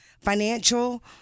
financial